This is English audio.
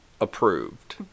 approved